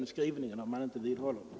Skrivningen är dålig och väldigt onödig.